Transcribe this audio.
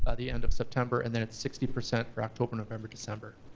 ah the end of september. and then it's sixty percent for october, november, december.